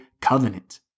covenant